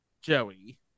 Joey